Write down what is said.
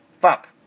Fuck